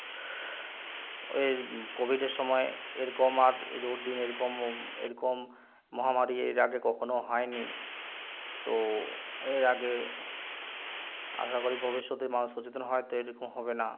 এর কোভিডের সময় এরকম আর এ দুর্দিন এরকম এরকম মহামারী এর আগে কখনো হয় নি তো এর আগে আশা করি ভবিষ্যতে মানুষ সচেতন হওয়াতে এরকম হবে না